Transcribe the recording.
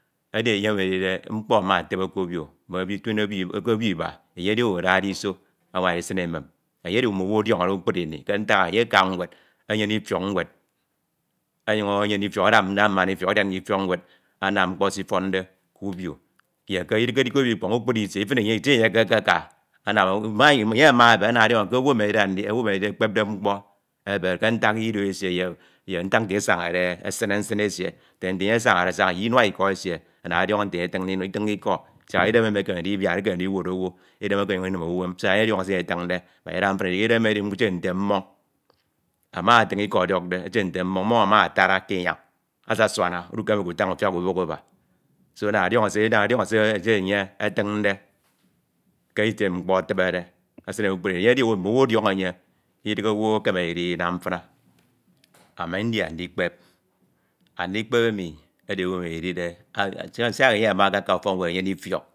. Edi enye emi edide mkpọ ama élibo k’obio iba enye edi owu emi adade isi amonwu ndisin emene enye edi owu emi mm’owu ọdiọñọ kpukpru ini ke ntakah, enye aka ñwed enyene ifiọk nwed, ada ndamana ifiọk adian ye ifiọk ñwed anam s’ifọñde k’obio, idighedi k’obio ikpọñ, ye kpukpri itie eke enye akaka, enye amaebe ana ediọñọ ke owu emi ekpede mkpo abe oro, idu nsie edi oro ye ntak nte eye abañed esine nsine esie ye inua iko asie ana enye ọdiọñọ nte enye etiñde iko, siak edeme ndiwod owu edame ekene ndiyeñ nnem owu uwem ana enye ọdiọñọ se etiñde mbak idida mfina idi, edeme etie nte mmoñ, ama atiñ iko ọdiọkde, etie nye mmoñ mmoñ itara ke inyañ asasuana umukemeke utañ ubok aba do ana ọdiọñọ ana ọdiọñọ se enye atiñde ke itie mkpo etibede esin kpukpru ini mm’owu ọdiọñọ e. Ami ndi andikpep, andikpep emi edi owu emi edide siak enye ama akaka ufọk ñwed enyene ifiọk